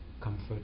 comfort